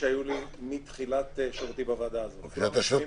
אני מסכים אתך.